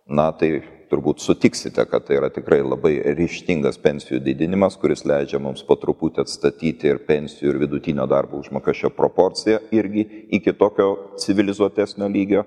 na tai turbūt sutiksite kad tai yra tikrai labai ryžtingas pensijų didinimas kuris leidžia mums po truputį atstatyti ir pensijų ir vidutinio darbo užmokesčio proporciją irgi iki tokio civilizuotesnio lygio